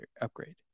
upgrade